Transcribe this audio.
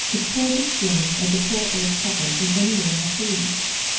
to pull the strings of the poor old puppet in any way i pleased!